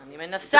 אני מנסה.